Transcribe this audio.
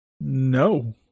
No